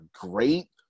great